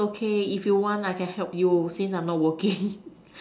it's okay if you want I can help you since I'm not working